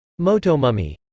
Motomummy